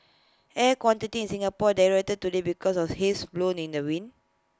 air quantity in Singapore deteriorated today because of haze blown in the wind